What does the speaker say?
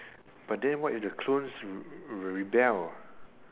but then what if the clones re~ rebel